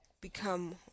become